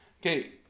Okay